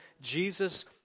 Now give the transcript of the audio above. Jesus